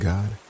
God